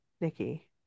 Nikki